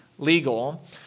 legal